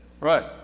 Right